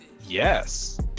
Yes